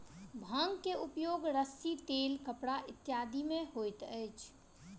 भांग के उपयोग रस्सी तेल कपड़ा इत्यादि में होइत अछि